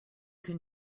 can